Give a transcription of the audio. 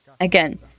Again